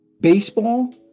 Baseball